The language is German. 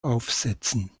aufsätzen